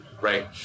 right